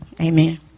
Amen